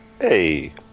Hey